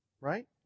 right